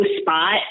spot